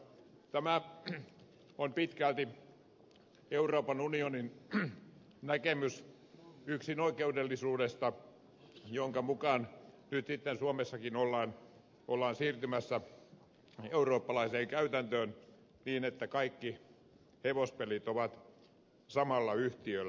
tämä on pitkälti euroopan unionin näkemys yksinoikeudellisuudesta jonka mukaan nyt sitten suomessakin ollaan siirtymässä eurooppalaiseen käytäntöön niin että kaikki hevospelit ovat samalla yhtiöllä